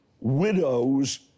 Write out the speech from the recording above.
widows